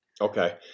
okay